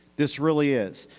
this really is.